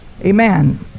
Amen